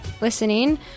listening